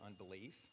unbelief